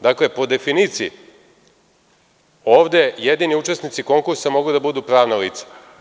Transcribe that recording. Dakle, po definiciji, ovde jedini učesnici konkursa mogu da budu pravna lica.